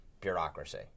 bureaucracy